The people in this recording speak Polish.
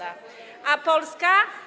A Polska?